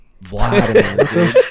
Vladimir